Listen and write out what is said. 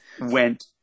went